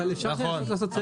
אבל אפשר לעשות סדר?